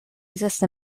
exists